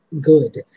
Good